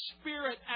Spirit